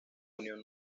unión